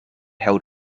held